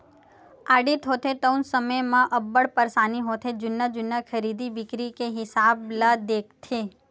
audit होथे तउन समे म अब्बड़ परसानी होथे जुन्ना जुन्ना खरीदी बिक्री के हिसाब ल देखथे